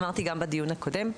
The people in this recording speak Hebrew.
בדיון הקודם,